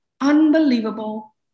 unbelievable